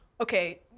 okay